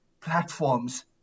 platforms